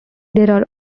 there